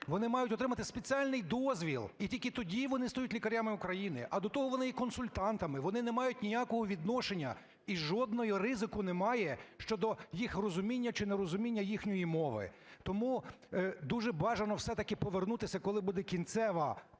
вони мають отримати спеціальний дозвіл і тільки тоді вони стають лікарями України, а до того вони є консультантами, вони не мають ніякого відношення і жодного ризику немає щодо їх розуміння чи не розуміння їхньої мови. Тому дуже бажано все-таки повернутися, коли буде кінцева